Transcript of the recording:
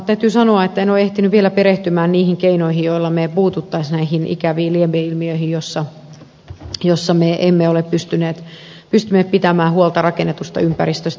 täytyy sanoa että en ole ehtinyt vielä perehtyä niihin keinoihin joilla me puuttuisimme näihin ikäviin lieveilmiöihin että me emme ole pystyneet pitämään huolta rakennetusta ympäristöstä